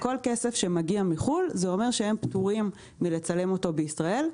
כל כסף שמגיע מחו"ל זה אומר שהם פטורים מלצלם אותו בישראל.